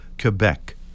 Quebec